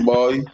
Boy